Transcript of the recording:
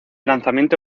lanzamiento